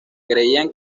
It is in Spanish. creían